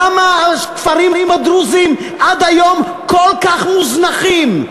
למה הכפרים הדרוזיים עד היום כל כך מוזנחים?